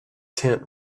tent